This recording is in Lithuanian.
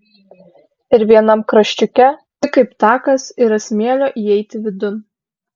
ir vienam kraščiuke tik kaip takas yra smėlio įeiti vidun